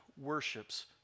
worships